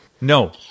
No